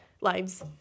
lives